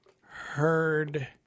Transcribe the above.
heard